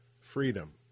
freedom